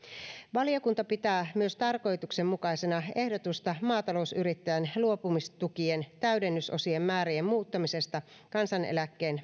valiokunta pitää tarkoituksenmukaisena myös ehdotusta maatalousyrittäjien luopumistukien täydennysosien määrien muuttamisesta kansaneläkkeen